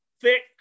thick